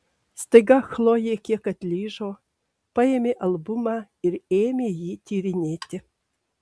staiga chlojė kiek atlyžo paėmė albumą ir ėmė jį tyrinėti